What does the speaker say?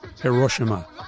Hiroshima